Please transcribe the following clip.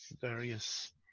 various